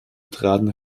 traten